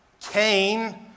Cain